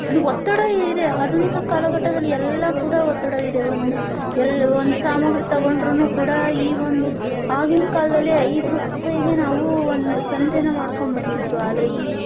ಒತ್ತಡ ಇದೆ ಆಧುನಿಕ ಕಾಲಘಟ್ಟದಲ್ಲಿ ಎಲ್ಲ ಕೂಡ ಒತ್ತಡವಿದೆ ಒಂದು ಎಲ್ಲಿ ಒಂದು ಸಾಮಗ್ರಿ ತಗೊಂಡ್ರೂ ಕೂಡ ಈ ಒಂದು ಆಗಿನ ಕಾಲದಲ್ಲಿ ಐದು ರೂಪಾಯ್ಗೆ ನಾವು ಒಂದು ಸಂತೆನ ಮಾಡ್ಕೊಂಡ್ಬರ್ತಿದ್ರು ಆದರೆ ಈ